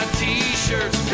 t-shirts